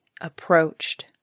approached